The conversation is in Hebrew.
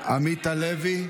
חבר הכנסת עמית הלוי.